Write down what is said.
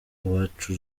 uwacu